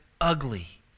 ugly